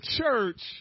church